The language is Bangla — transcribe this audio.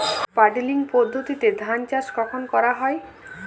পাডলিং পদ্ধতিতে ধান চাষ কখন করা হয়?